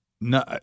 no